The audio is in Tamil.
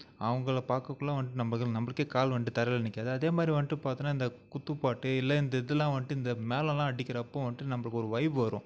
அவங்கள பார்க்கக்குள்ள வந்துட்டு நம்மது நம்மளுக்கே கால் வந்துட்டு தரையில் நிற்காது அதே மாதிரி வந்துட்டு பார்த்தோன்னா இந்த குத்துப்பாட்டு இல்லை இந்த இதெல்லாம் வந்துட்டு இந்த மேளமெல்லாம் அடிக்கிறப்போது வந்துட்டு நம்மளுக்கு ஒரு வைப் வரும்